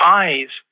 eyes